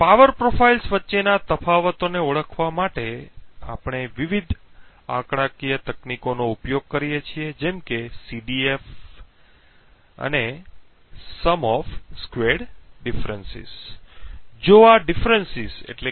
power profiles વચ્ચેના તફાવતોને ઓળખવા માટે અમે વિવિધ આંકડાકીય તકનીકોનો ઉપયોગ કરીએ છીએ જેમ કે CDF ની અને સ્ક્વેર્ડ તફાવતોનો સરવાળો